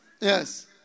Yes